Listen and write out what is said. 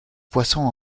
poissons